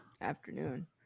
Afternoon